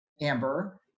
Amber